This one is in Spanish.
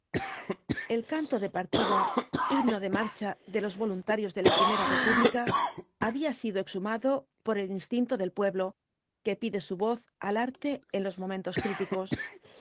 el canto de partida himno de marcha de los voluntarios de la primera república había sido exhumado por el instinto del pueblo que pide su voz al arte en los momentos críticos